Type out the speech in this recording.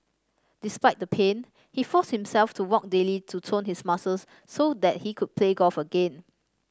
despite the pain he forced himself to walk daily to tone his muscles so that he could play golf again